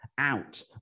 Out